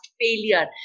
failure